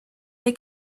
they